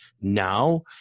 now